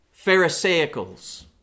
pharisaicals